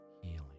healing